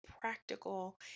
practical